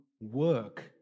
work